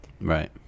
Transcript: Right